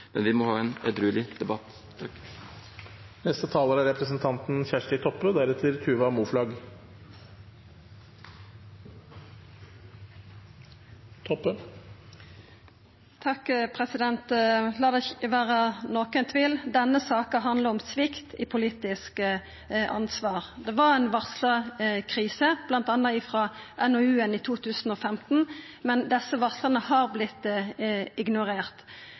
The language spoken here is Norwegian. men vi må ha en edruelig debatt. La det ikkje vera nokon tvil om at denne saka handlar om svikt i politisk ansvar. Det var ei varsla krise, bl.a. frå NOU-en i 2015, men desse varsla har